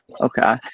Okay